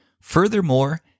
Furthermore